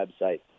website